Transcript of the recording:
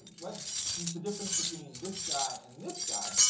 what is the difference between this guy and this guy?